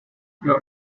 los